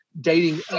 dating